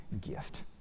gift